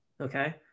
Okay